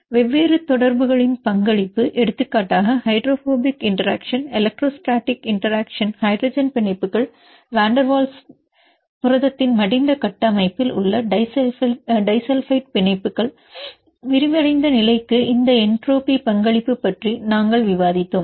வெவ்வேறு தொடர்புகளின் பங்களிப்பு எடுத்துக்காட்டாக hydrophobic interaction electrostatic interaction hydrogen பிணைப்புகள் வான் டெர் வால்ஸ் புரதத்தின் மடிந்த கட்டமைப்பில் உள்ள டிஸல்பைட் பிணைப்புகள் விரிவடைந்த நிலைக்கு இந்த என்ட்ரோபி பங்களிப்பு பற்றி நாங்கள் விவாதித்தோம்